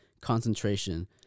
concentration